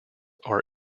are